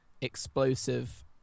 explosive